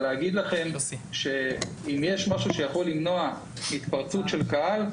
האם יש משהו שיכול למנוע התפרצות של קהל?